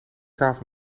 tafel